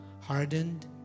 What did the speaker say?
hardened